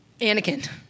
Anakin